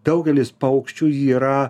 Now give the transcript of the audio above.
daugelis paukščių yra